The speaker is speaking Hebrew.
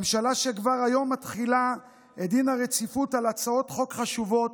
ממשלה שכבר היום מתחילה את דין הרציפות על הצעות חוק חשובות,